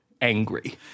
angry